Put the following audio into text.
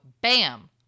bam